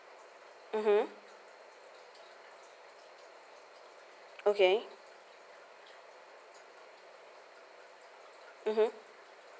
mmhmm okay mmhmm